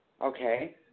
Okay